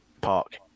park